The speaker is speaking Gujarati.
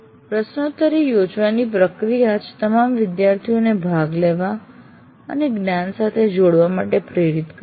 પ્રશ્નોત્તરી યોજવાની પ્રક્રિયા જ તમામ વિદ્યાર્થીઓને ભાગ લેવા અને જ્ઞાન સાથે જોડવા માટે પ્રેરિત કરશે